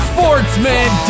Sportsman